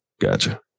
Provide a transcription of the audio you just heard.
Gotcha